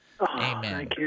Amen